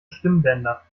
stimmbänder